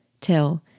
Till